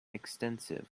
extensive